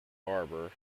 barber